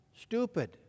stupid